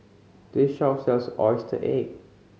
this shop sells oyster cake